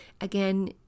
Again